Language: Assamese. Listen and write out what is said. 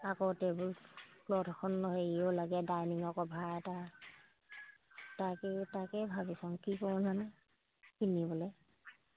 আকৌ টেবুল ক্লথ এখন হেৰিয়ৰ লাগে ডাইনিঙৰ কভাৰ এটা তাকেই তাকেই ভাবিছো কি কৰোঁ জানো কিনিবলৈ